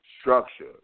structure